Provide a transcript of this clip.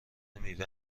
میوه